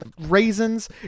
raisins